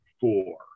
four